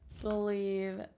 believe